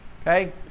Okay